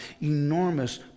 enormous